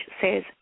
says